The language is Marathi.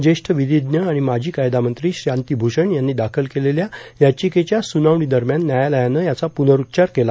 ज्येष्ठ विधिज्ञ आणि माजी कायदामंत्री शांती भूषण यांनी दाखल केलेल्या याचिकेच्या सुनावणी दरम्यान व्यायालयानं याचा प्रनरूच्चार केला